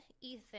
Ethan